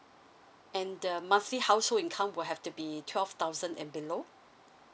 and the monthly household income will have to be twelve thousand and below